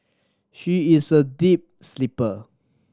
she is a deep sleeper